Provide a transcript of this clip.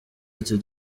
ati